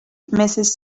mrs